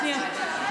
שנייה.